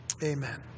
Amen